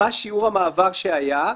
מה שיעור המעבר שהיה.